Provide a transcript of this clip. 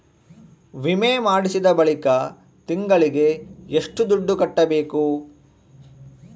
ವಿಮೆ ಮಾಡಿಸಿದ ಬಳಿಕ ತಿಂಗಳಿಗೆ ಎಷ್ಟು ದುಡ್ಡು ಕಟ್ಟಬೇಕು?